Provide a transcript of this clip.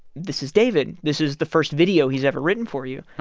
this is david. this is the first video he's ever written for you.